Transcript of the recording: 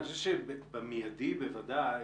אני חושב שבמיידי בוודאי,